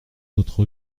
notre